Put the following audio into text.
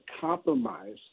compromise